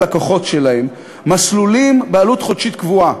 ללקוחות שלהם מסלולים בעלות חודשית קבועה,